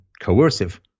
coercive